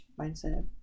mindset